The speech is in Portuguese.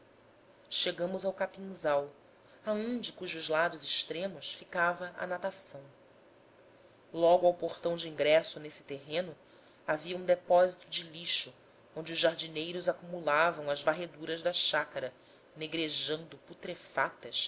chegamos ao capinzal a um de cujos lados extremos ficava a natação logo ao portão de ingresso nesse terreno havia um depósito de lixo onde os jardineiros acumulavam as varreduras da chácara negrejando putrefatas virando estrume ao